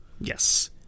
Yes